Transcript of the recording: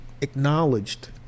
acknowledged